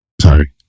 Sorry